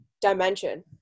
dimension